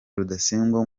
rudasingwa